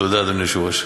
תודה, אדוני היושב-ראש.